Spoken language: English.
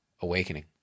awakening